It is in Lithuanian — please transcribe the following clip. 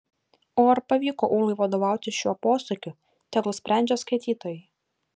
o ar pavyko ūlai vadovautis šiuo posakiu tegul sprendžia skaitytojai